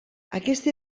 aquesta